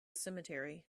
cemetery